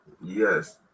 Yes